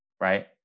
right